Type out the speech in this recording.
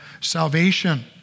salvation